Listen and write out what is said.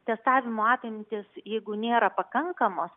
testavimo apimtys jeigu nėra pakankamos